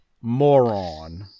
moron